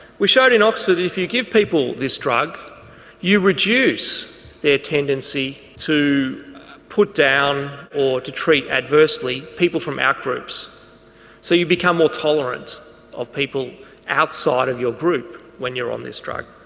we showed in oxford that if you give people this drug you reduce their tendency to put down or to treat adversely people from out groups so you become more tolerant of people outside of your group when you're on this drug.